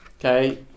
Okay